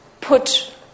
put